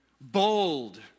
bold